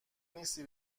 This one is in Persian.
نیستی